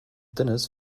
dennis